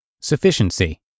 Sufficiency